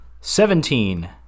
Seventeen